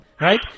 right